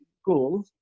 school